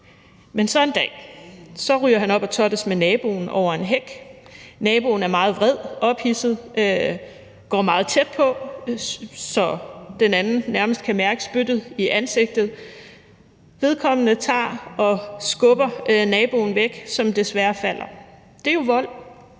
Men så en dag kommer han op at toppes med naboen over en hæk. Naboen er meget vred og ophidset, går meget tæt på, så den anden nærmest kan mærke spyttet i ansigtet. Vedkommende tager og skubber naboen væk, og naboen falder desværre. Der er jo vold.